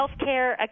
healthcare